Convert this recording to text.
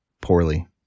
poorly